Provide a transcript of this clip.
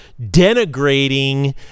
denigrating